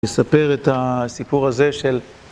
לספר את הסיפור הזה של...